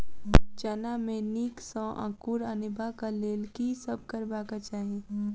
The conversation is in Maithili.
चना मे नीक सँ अंकुर अनेबाक लेल की सब करबाक चाहि?